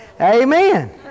Amen